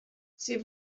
c’est